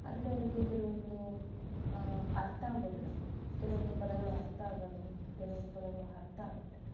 ಆದರೆ ಅವ್ರಿಗೆ ಕೆಲವೊಂದು ಅರ್ಥ ಆಗೋದಿಲ್ಲ ಕೆಲವೊಂದು ಪದಗಳು ಅರ್ಥ ಆಗೋಲ್ಲ ಕೆಲವೊಂದು ಪದಗಳು ಅರ್ಥ ಆಗುತ್ತೆ